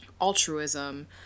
altruism